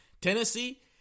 Tennessee